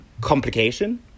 complication